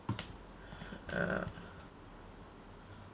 uh